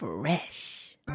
Fresh